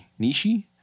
Nishi